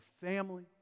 family